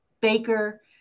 Baker